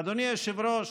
אדוני היושב-ראש,